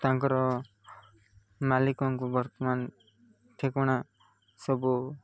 ତାଙ୍କର ମାଲିକଙ୍କୁ ବର୍ତ୍ତମାନ ଠିକଣା ସବୁ